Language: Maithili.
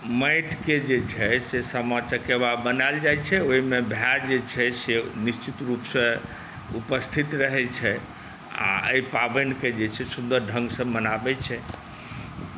माटिके जे छै से सामा चकेबा बनाएल जाइ छै ओहिमे भाइ जे छै से निश्चित रूपसँ उपस्थित रहै छै आ एहि पाबनिके जे छै सुन्दर ढङ्गसँ मनाबै छै